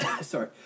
Sorry